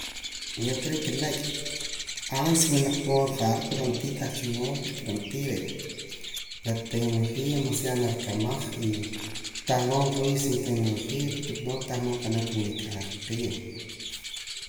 Yo creek que neek' antes wila mood ja're' pero ro'na tii tah cha mood ron'a tii re' la tecnología demasiado na rikamaj y tah mood nqawii' sin tecnología porque sino tah modo nqab'anam comunicar qiib'.